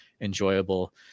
enjoyable